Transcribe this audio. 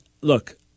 look